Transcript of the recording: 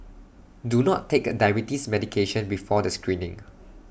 do not take diabetes medication before the screening